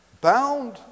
bound